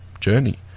journey